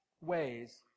ways